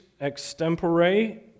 extempore